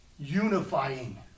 Unifying